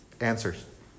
answers